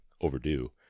overdue